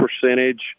percentage